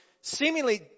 seemingly